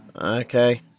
okay